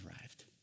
arrived